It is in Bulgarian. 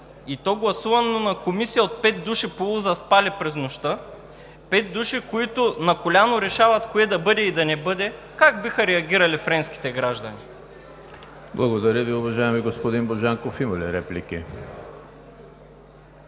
и то гласувано на комисия от пет души, полузаспали през нощта, пет души, които на коляно решават кое да бъде и да не бъде, как биха реагирали френските граждани? ПРЕДСЕДАТЕЛ ЕМИЛ ХРИСТОВ: Благодаря Ви, уважаеми господин Божанков. Има ли реплики?